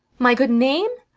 my good name?